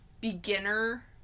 beginner